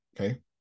Okay